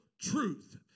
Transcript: truth